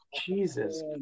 Jesus